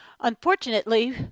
Unfortunately